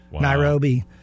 Nairobi